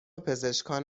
پزشکان